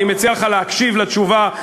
אני מציע לך להקשיב לתשובה,